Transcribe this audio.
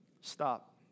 stop